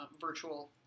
virtual